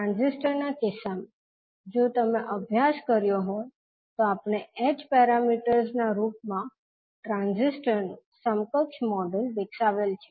transistor ના કિસ્સામાં જો તમે અભ્યાસ કર્યો હોય તો આપણે h પેરામીટર્સ ના રૂપમાં ટ્રાન્ઝિસ્ટર નું સમકક્ષ મોડેલ વિકસાવેલ છે